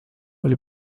oli